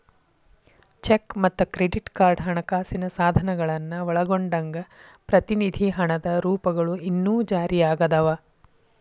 check ಮತ್ತ credit card ಹಣಕಾಸಿನ ಸಾಧನಗಳನ್ನ ಒಳಗೊಂಡಂಗ ಪ್ರತಿನಿಧಿ ಹಣದ ರೂಪಗಳು ಇನ್ನೂ ಜಾರಿಯಾಗದವ